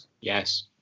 Yes